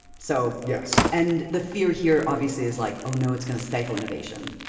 so yes. and the fear here obviously is like oh no it's going to stifle innovation.